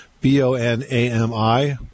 B-O-N-A-M-I